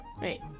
Wait